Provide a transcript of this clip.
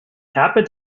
happened